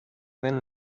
den